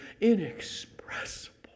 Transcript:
inexpressible